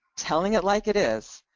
telling it like it is,